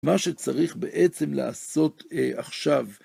מה שצריך בעצם לעשות עכשיו.